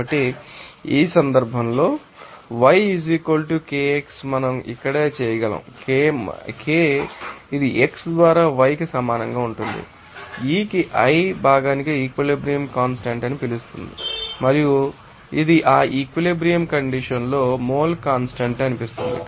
కాబట్టి ఈ సందర్భంలో ఈ yi Kixi మనం ఇక్కడే చేయగలము Ki ఇది xi ద్వారా yi కి సమానంగా ఉంటుంది ఈ కి i ఆ భాగానికి ఈక్విలిబ్రియం కాన్స్టాంట్ అని పిలుస్తుంది మరియు ఇది ఆ ఈక్విలిబ్రియం కండిషన్ లో మోల్ కాన్స్టాంట్ అనిపిస్తుంది